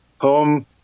home